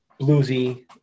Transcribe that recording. bluesy